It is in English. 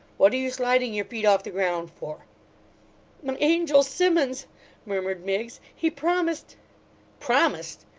what are you sliding your feet off the ground for my angel simmuns murmured miggs he promised promised!